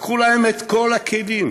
לקחו להם את כל הכלים.